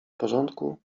porządku